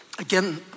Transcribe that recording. Again